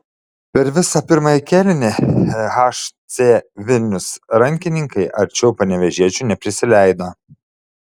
per visą pirmąjį kėlinį hc vilnius rankininkai arčiau panevėžiečių neprisileido